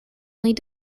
lead